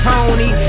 Tony